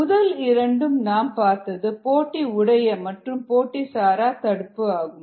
முதல் இரண்டு நாம் பார்த்தது போட்டி உடைய மற்றும் போட்டி சாரா தடுப்பு ஆகும்